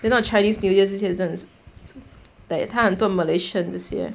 then not chinese new year 这些 like 他很多 malaysians 这些